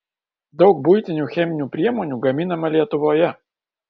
daug buitinių cheminių priemonių gaminama lietuvoje